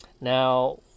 now